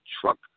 truck